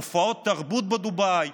הופעות תרבות בדובאי.